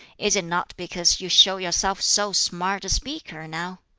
is it not because you show yourself so smart a speaker, now?